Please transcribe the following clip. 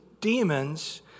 demons